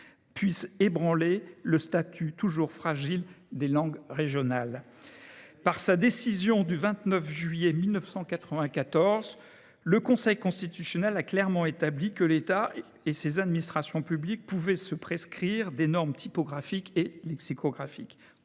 puisse ébranler le statut toujours fragile des langues régionales. Exactement ! Très bien ! Par sa décision du 29 juillet 1994, le Conseil constitutionnel a clairement établi que l’État et ses administrations publiques pouvaient se prescrire des normes typographiques et lexicographiques.